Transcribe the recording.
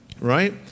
right